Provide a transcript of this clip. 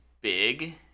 big